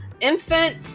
infant